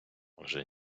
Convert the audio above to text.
вже